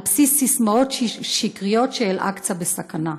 על בסיס ססמאות שקריות כאילו אל-אקצא בסכנה.